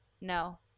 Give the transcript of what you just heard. no